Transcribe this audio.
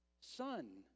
Son